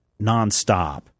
nonstop